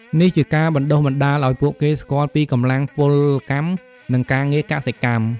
នេះជាការបណ្ដុះបណ្ដាលឱ្យពួកគេស្គាល់ពីកម្លាំងពលកម្ម និងការងារកសិកម្ម។